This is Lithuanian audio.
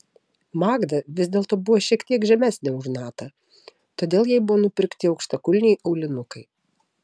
magda vis dėlto buvo šiek tiek žemesnė už natą todėl jai buvo nupirkti aukštakulniai aulinukai